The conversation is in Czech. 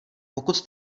pokud